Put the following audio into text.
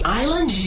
island